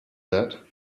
that